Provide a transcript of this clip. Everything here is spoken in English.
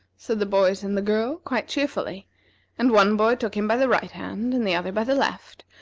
said the boys and the girl, quite cheerfully and one boy took him by the right hand, and the other by the left,